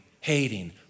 hating